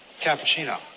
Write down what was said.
cappuccino